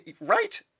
Right